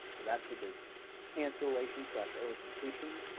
but that's what this cancellation slash early completion.